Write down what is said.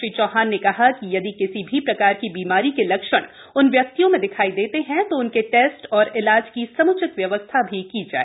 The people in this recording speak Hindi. श्री चौहान ने कहा कि यदि किसी भी प्रकार की बीमारी के लक्षण उन व्यक्तियों में दिखाई देते हैं तो उनके टेस्ट और इलाज की सम्चित व्यवस्था भी की जाए